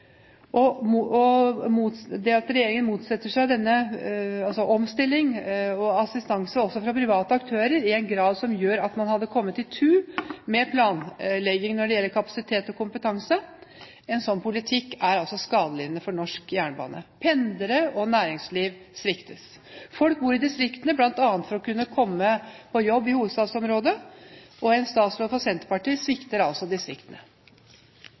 Det at regjeringen motsetter seg omstillingen og også assistanse fra private aktører som gjør at man kunne tatt i tu med planlegging når det gjelder kapasitet og kompetanse, er altså en politikk som gjør norsk jernbane skadelidende. Pendlere og næringsliv sviktes. Folk bor i distriktene bl.a. for å kunne komme på jobb i hovedstadsområdet, og en statsråd fra Senterpartiet svikter altså distriktene.